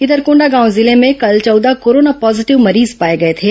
इधर कोंडागांव जिले में कल चौदह कोरोना पॉजिटिव मरीज पाए गए थे